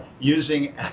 using